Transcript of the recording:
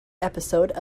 episode